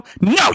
No